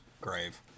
grave